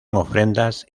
ofrendas